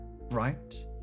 right